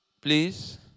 please